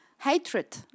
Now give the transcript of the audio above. hatred